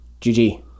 GG